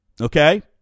Okay